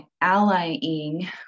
allying